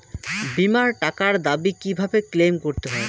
বিমার টাকার দাবি কিভাবে ক্লেইম করতে হয়?